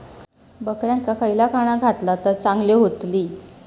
बकऱ्यांका खयला खाणा घातला तर चांगल्यो व्हतील?